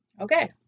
Okay